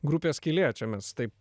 grupė skylė čia mes taip